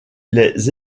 les